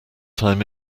time